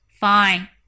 Fine